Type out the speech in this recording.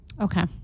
Okay